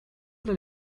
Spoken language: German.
oder